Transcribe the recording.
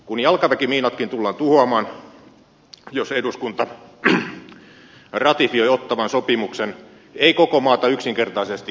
kun jalkaväkimiinatkin tullaan tuhoamaan jos eduskunta ratifioi ottawan sopimuksen ei koko maata yksinkertaisesti voida enää puolustaa